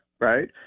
right